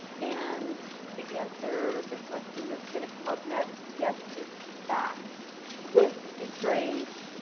and to answer the question that's going to come up next, yes, it's back with its grades,